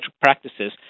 practices